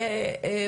וההגירה,